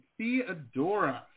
Theodora